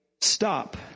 stop